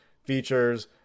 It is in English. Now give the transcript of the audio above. features